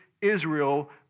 Israel